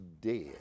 dead